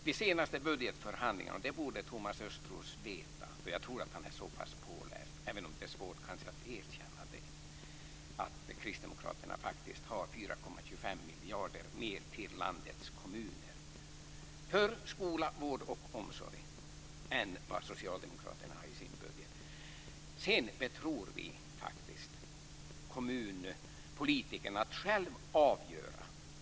Vid senaste budgetförhandlingen hade faktiskt Kristdemokraterna 4,25 miljarder mer till landets kommuner för skola, vård och omsorg än Socialdemokraterna hade i sin budget. Det borde Thomas Östros veta, för jag tror att han är så pass påläst. Men det kanske är svårt att erkänna det. Vi betror faktiskt kommunpolitikerna att själva avgöra.